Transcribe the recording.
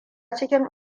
cikin